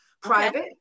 private